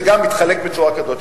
זה גם מתחלק בצורה כזאת.